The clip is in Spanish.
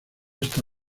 esta